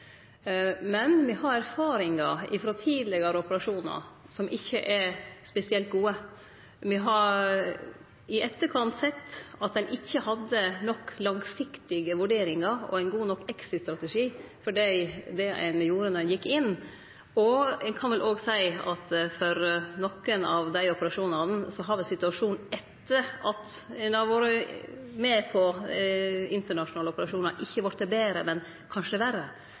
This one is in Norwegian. Men me har erfaringar frå tidlegare operasjonar som ikkje er spesielt gode. Me har i etterkant sett at ein ikkje hadde nok langsiktige vurderingar og ein god nok exit-strategi for det ein gjorde når ein gjekk inn. Ein kan vel òg seie at for nokre av dei operasjonane så har vel situasjonen etter at ein har vore med på dei, ikkje vorte betre, men kanskje verre,